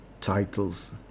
titles